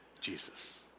Jesus